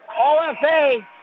OFA